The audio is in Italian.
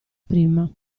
prima